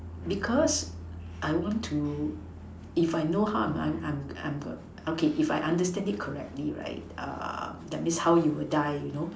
because I want to if I know how I'm I'm I'm I'm okay if I understand it correctly right err that means how you will die you know